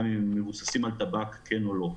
גם אם הם מבוססים על טבק או לא.